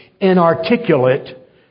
inarticulate